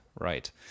right